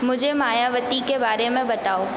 मुझे मायावती के बारे में बताओ